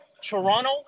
Toronto